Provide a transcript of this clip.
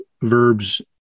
verbs